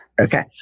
okay